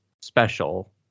special